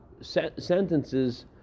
sentences